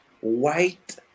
White